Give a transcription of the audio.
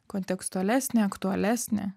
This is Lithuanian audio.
kontekstualesnė aktualesnė